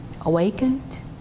awakened